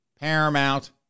Paramount